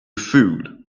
fool